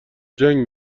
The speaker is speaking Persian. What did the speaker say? جنگ